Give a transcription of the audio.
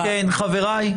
אלמנטרי.